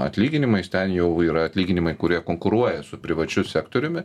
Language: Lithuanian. atlyginimais ten jau yra atlyginimai kurie konkuruoja su privačiu sektoriumi